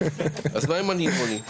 אז מה אם אני ימני?